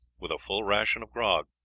with a full ration of grog.